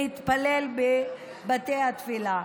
להתפלל בבתי התפילה.